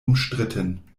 umstritten